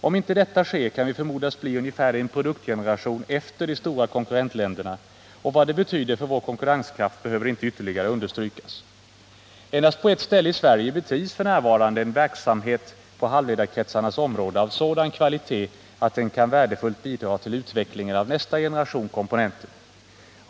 Om inte detta sker kan vi förmodas bli ungefär en produktgeneration efter de stora konkurrentländerna. Vad det betyder för vår konkurrenskraft behöver inte ytterligare understrykas. Endast på ett ställe i Sverige bedrivs f. n. en verksamhet på halvledarkretsarnas område av sådan kvalitet, att den kan värdefullt bidra till utvecklingen av nästa generation komponenter.